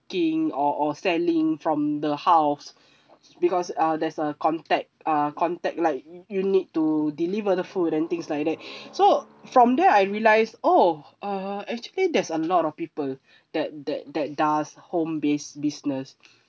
or or selling from the house because uh there's a contact uh contact like you need to deliver the food and things like that so from there I realize oh uh actually there's a lot of people that that that does home based business